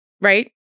right